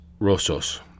Rosos